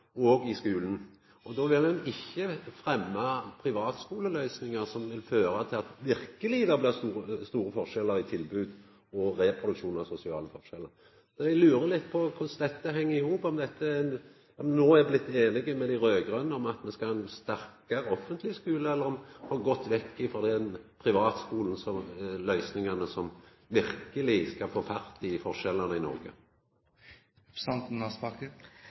og i skulen? Og då ville ein ikkje ha fremma privatskuleløysingar, som ville føra til at det verkeleg blei store forskjellar i tilboda og dermed reproduksjon av dei sosiale forskjellane. Så eg lurer litt på korleis dette heng i hop – om ein no er blitt einige med dei raud-grøne om at me skal ha ein sterkare offentleg skule, om ein har gått vekk frå dei privatskuleløysingane som verkeleg får fart i forskjellane i